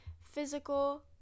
physical